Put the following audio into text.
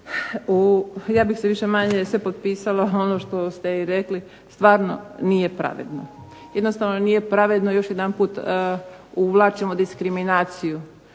ja bih se više-manje se potpisala ono što ste i rekli, stvarno nije pravedno. Jednostavno nije pravedno još jedanput uvlačimo diskriminaciju.